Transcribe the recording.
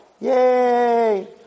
Yay